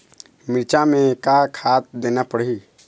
मिरचा मे का खाद देना पड़थे?